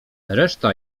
reszta